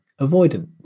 avoidant